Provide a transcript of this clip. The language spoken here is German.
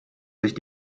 sich